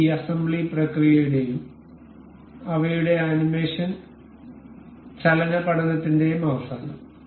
ഈ അസംബ്ലി പ്രക്രിയയുടെയും അവയുടെ ആനിമേഷൻ ചലന പഠനത്തിന്റെയും അവസാനം